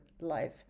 life